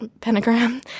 Pentagram